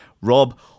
Rob